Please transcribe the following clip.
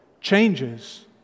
changes